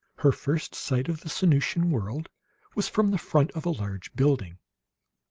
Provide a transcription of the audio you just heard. her first sight of the sanusian world was from the front of a large building.